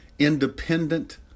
Independent